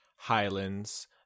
highlands